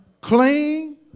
Clean